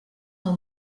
del